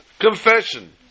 confession